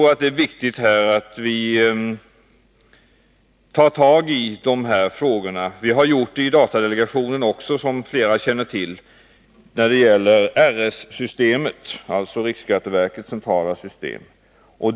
Det är viktigt att vi tar tag i dessa områden. Vi har också, som flera känner till, gjort det i datadelegationen när det gäller RS-systemet, dvs. riksskatteverkets centrala system.